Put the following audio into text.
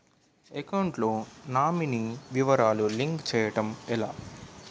Account లో nominee వివరాలు link చేయటం ఎలా?